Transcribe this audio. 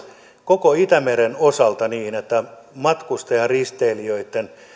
koko itämeren osalta niin että matkustajaristeilijöitten